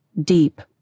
deep